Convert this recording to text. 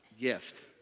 Gift